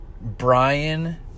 Brian